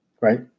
Right